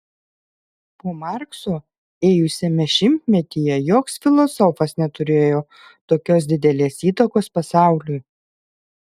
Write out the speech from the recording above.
po markso ėjusiame šimtmetyje joks filosofas neturėjo tokios didelės įtakos pasauliui